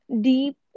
deep